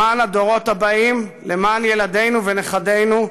למען הדורות הבאים, למען ילדינו ונכדינו,